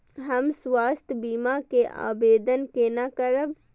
हम स्वास्थ्य बीमा के आवेदन केना करब?